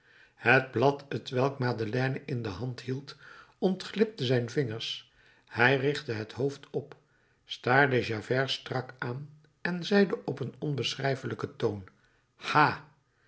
het blad t welk madeleine in de hand hield ontglipte zijn vingers hij richtte het hoofd op staarde javert strak aan en zeide op een onbeschrijfelijken toon ha